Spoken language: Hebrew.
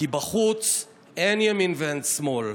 כי בחוץ אין ימין ואין שמאל.